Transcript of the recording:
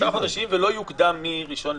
חמישה חודשים ולא יוקדם מה-1 ביוני,